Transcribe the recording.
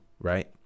Right